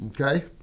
Okay